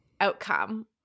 outcome